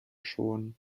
schon